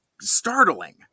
startling